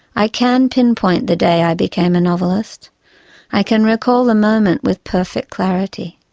i can pinpoint the day i became a novelist i can recall the moment with perfect clarity.